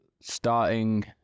starting